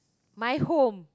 my home